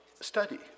study